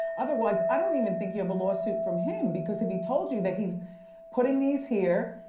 otherwise i don't even think you have a lawsuit from him because if he told you that he's putting these here,